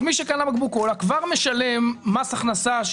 אז מי שקנה בקבוק קולה כבר משלם מס הכנסה,